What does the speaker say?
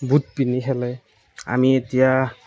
বুট পিন্ধি খেলে আমি এতিয়া